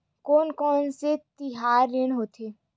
कोन कौन से तिहार ऋण होथे?